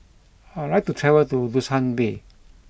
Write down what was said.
I would like to travel to Dushanbe